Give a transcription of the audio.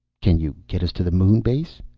can you get us to the moon base?